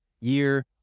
year